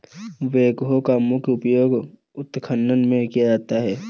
backhoe का मुख्य उपयोग उत्खनन में किया जाता है